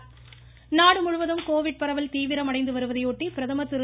பிரதமர் ஆலோசனை நாடு முழுவதும் கோவிட் பரவல் தீவிரமடைந்து வருவதை ஒட்டி பிரதமர் திரு